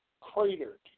cratered